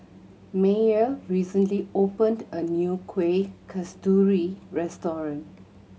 Meyer recently opened a new Kuih Kasturi restaurant